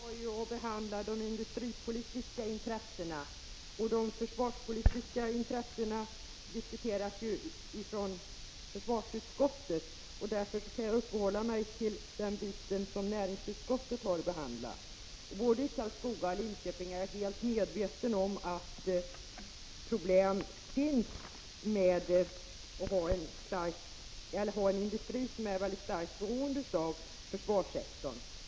Fru talman! Näringsutskottet skall behandla de industripolitiska intressena och försvarsutskottet de försvarspolitiska intressena. Jag skall därför uppehålla mig vid de frågor som har behandlats i näringsutskottet. Jag är helt medveten om att det finns problem både i Karlskoga och i Linköping genom att industrierna där är starkt beroende av försvarssektorn.